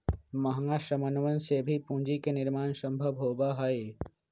महंगा समनवन से भी पूंजी के निर्माण सम्भव होबा हई